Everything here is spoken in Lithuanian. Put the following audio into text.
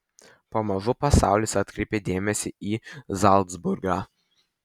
pamažu pasaulis atkreipė dėmesį į zalcburgą